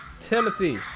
Timothy